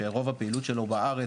שרוב הפעילות שלו בארץ,